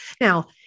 Now